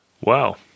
Wow